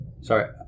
sorry